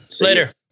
Later